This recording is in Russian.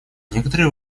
некоторые